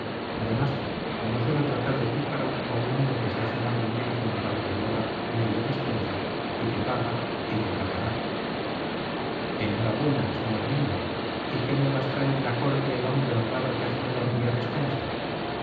además yo no suelo tratar de pícaro a un hombre que se ha cenado en menos de un cuarto de hora media despensa y que paga y que pagará en hora buena señor nuño y qué nuevas trae de la corte el hombre honrado que ha cenado media despensa